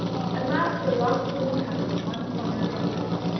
at last they locked it in a cupboard in one corner of their room,